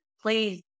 please